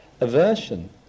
aversion